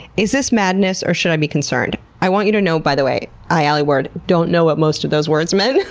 is this madness or should i be concerned? i want you to know, by the way, i, alie ward, don't know what most of those words meant.